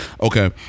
Okay